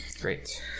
great